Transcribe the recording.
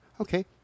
Okay